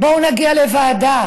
בואו נגיע לוועדה.